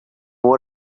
more